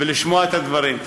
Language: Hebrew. ולשמוע את הדברים.